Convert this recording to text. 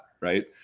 right